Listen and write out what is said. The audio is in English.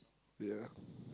ya